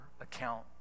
account